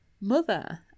mother